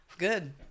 good